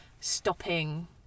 stopping